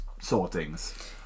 sortings